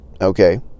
Okay